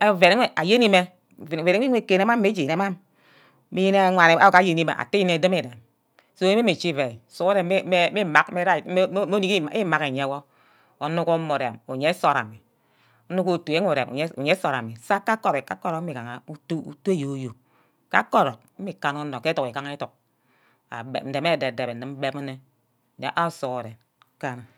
oven wor ayeni-mme, uweni-ki-irem amin, yene ayemi- mme atteh mmme demi ire, so mma-mme ichi ivai, sughuren mme imark mme right mme orniggi imag iye wor onor gune-mme urem uye nsort amme, nnuck otu wor nnurem iye nsort ame sa kake orock, kake orock mme igaha utu oyo-yo, ka-ke orock mme ikana onor ke edunk igaha edunk, ndeme ke ede-debe, ndimi mbem mme nte awor sughuren kana.